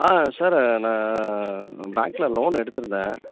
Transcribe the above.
ஆ sir நான் பேங்கில் loan எடுத்திருந்தேன்